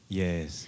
yes